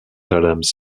adams